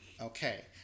Okay